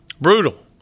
brutal